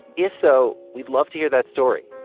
if so, we'd love to hear that story.